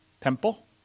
temple